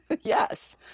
yes